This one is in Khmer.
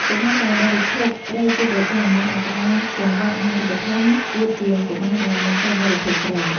កុមារ ដែលបរិភោគត្រីជាប្រចាំមានអត្រា កង្វះអាហារូបត្ថម្ភ ទាបជាងកុមារដែលមិនសូវបរិភោគត្រី។